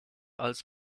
als